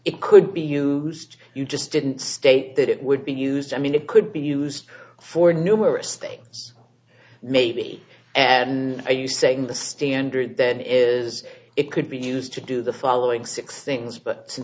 it could be used you just didn't state that it would be used i mean it could be used for numerous things maybe and are you saying the standard then is it could be used to do the following six things but